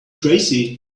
tracy